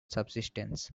subsistence